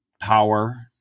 power